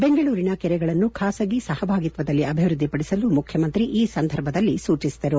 ಬೆಂಗಳೂರಿನ ಕೆರೆಗಳನ್ನು ಖಾಸಗಿ ಸಹಭಾಗಿತ್ವದಲ್ಲಿ ಅಭಿವೃದ್ಧಿಪಡಿಸಲು ಮುಖ್ಯಮಂತ್ರಿ ಈ ಸಂದರ್ಭದಲ್ಲಿ ಸೂಚಿಸಿದರು